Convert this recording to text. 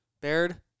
Baird